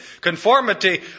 Conformity